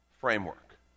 framework